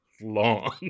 long